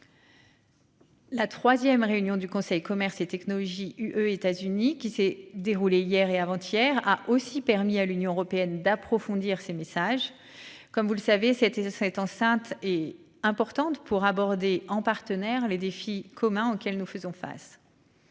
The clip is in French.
La 3ème réunion du Conseil, commerce et technologie UE-États-Unis qui s'est déroulée hier et avant-hier a aussi permis à l'Union européenne d'approfondir ses messages. Comme vous le savez, c'était ça enceinte est importante pour aborder en partenaires les défis communs auxquels nous faisons face.--